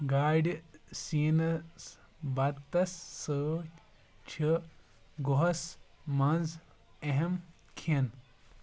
گاڑِ سیٖنس بتَس سۭتۍ چھِ گُہس منٛز اہم کھٮ۪ن